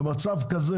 במצב כזה,